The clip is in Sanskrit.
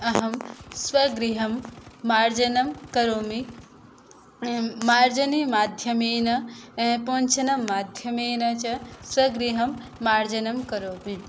अहं स्वगृहं मार्जनं करोमि मार्जनीमाध्यमेन पोञ्छनमाध्यमेन च स्वगृहं मार्जनं करोमि